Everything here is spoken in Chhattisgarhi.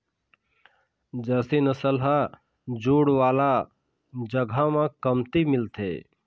जरसी नसल ह जूड़ वाला जघा म कमती मिलथे